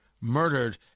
murdered